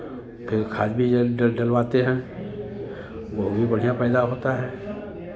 फिर खाद बीज डलवाते हैं गेंहू भी बढ़ियाँ पैदा होता है